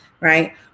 right